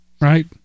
right